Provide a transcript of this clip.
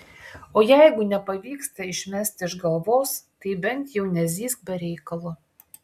o jeigu nepavyksta išmesti iš galvos tai bent jau nezyzk be reikalo